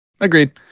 Agreed